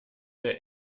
der